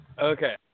Okay